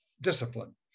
discipline